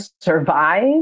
survive